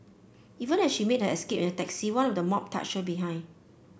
even as she made her escape at taxi one of the mob touched her behind